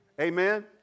Amen